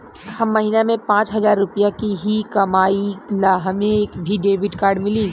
हम महीना में पाँच हजार रुपया ही कमाई ला हमे भी डेबिट कार्ड मिली?